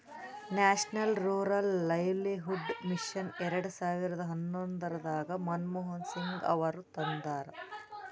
national rural livelihood mission ಎರೆಡ ಸಾವಿರದ ಹನ್ನೊಂದರಾಗ ಮನಮೋಹನ್ ಸಿಂಗ್ ಅವರು ತಂದಾರ